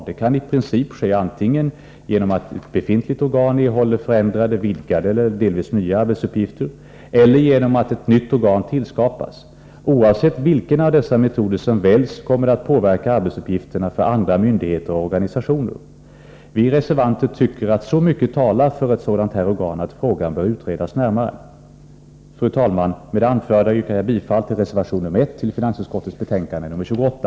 Det kan i princip ske antingen genom att ett befintligt organ erhåller förändrade, vidgade och delvis nya arbetsuppgifter eller genom att ett nytt organ tillskapas. Oavsett vilken av dessa metoder som väljs, kommer det att påverka arbetsuppgifterna för andra myndigheter och organisationer. Vi reservanter tycker att så mycket talar för ett sådant här organ att frågan bör utredas närmare. Fru talman! Med det anförda yrkar jag bifall till reservation 1 vid finansutskottets betänkande 28.